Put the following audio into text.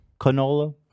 Canola